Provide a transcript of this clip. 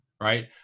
Right